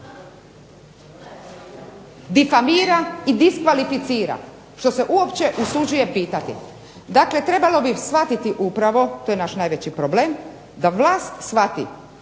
difamira i diskvalificira što se uopće usuđuje pitati. Dakle trebalo bi shvatiti upravo, to je naš najveći problem da vlast shvati